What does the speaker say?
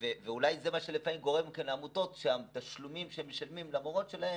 אולי זה מה שלפעמים גורם לעמותות לשלם פחות למורות שלהן.